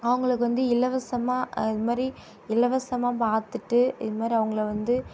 அவங்களுக்கு வந்து இலவசமாக இதுமாதிரி இலவசமாக பார்த்துட்டு இதுமாதிரி அவங்கள வந்து